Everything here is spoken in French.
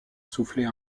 souffler